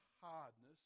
hardness